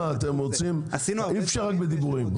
אי אפשר רק בדיבורים.